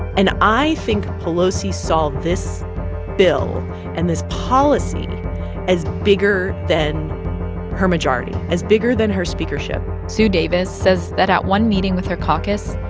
and i think pelosi saw this bill and this policy as bigger than her majority, as bigger than her speakership sue davis says that at one meeting with her caucus,